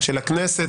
של הכנסת,